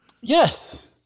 Yes